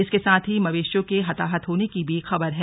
इसके साथ ही मवेशियों के हताहत होने की भी खबर है